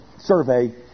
survey